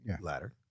ladder